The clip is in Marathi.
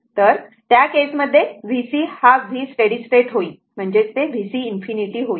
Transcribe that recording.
तर त्या केस मध्ये vc हा V स्टेडी स्टेट होईल म्हणजेच ते vc ∞ होईल